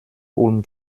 ulm